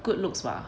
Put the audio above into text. good looks bah